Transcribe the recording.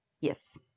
Yes